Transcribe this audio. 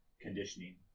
conditioning